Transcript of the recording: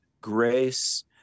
grace